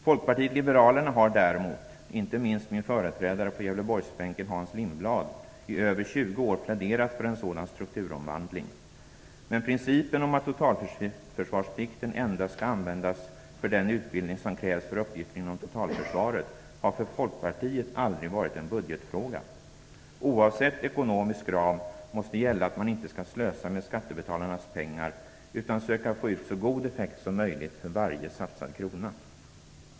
Folkpartiet liberalerna har däremot - inte minst min företrädare på Gävleborgsbänken Hans Lindblad - i över 20 år pläderat för en sådan strukturomvandling. Men principen om att totalförsvarsplikten endast skall få användas för den utbildning som krävs för uppgifter inom totalförsvaret har för Folkpartiet aldrig varit en budgetfråga. Oavsett ekonomisk ram måste gälla att man inte skall slösa med skattebetalarnas pengar utan söka få ut så god effekt som möjligt för varje satsad krona.